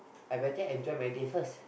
I better enjoy my days first